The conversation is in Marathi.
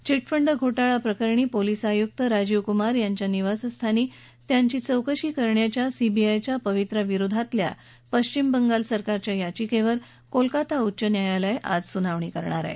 चीट फंड घोटाळा प्रकरणात पोलीस आयुक्त राजीव कुमार यांच्या निवासस्थानी त्यांची चौकशी करण्याच्या सीबीआयच्या पवित्र्याविरोधातल्या पश्विम बंगाल सरकारच्या याचिकेवर कोलकाता उच्च न्यायालय आज सुनावणी करणार आहे